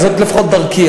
זו לפחות דרכי,